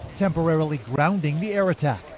temporarily grounding the air attack.